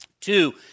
Two